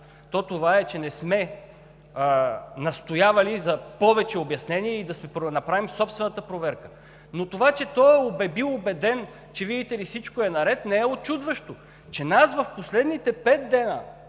в това, че не сме настоявали за повече обяснение и да направим собствената си проверка. Това, че той е бил убеден, че, видите ли, всичко е наред, не е учудващо. В последните 5 –